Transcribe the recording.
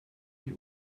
die